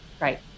Right